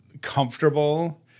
comfortable